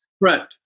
Right